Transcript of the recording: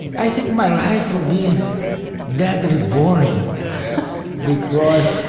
i think my life would be deadly boring because,